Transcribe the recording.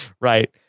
right